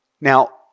Now